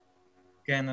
כן,